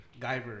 Guyver